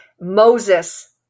Moses